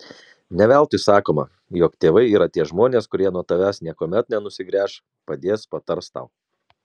ne veltui sakoma jog tėvai yra tie žmonės kurie nuo tavęs niekuomet nenusigręš padės patars tau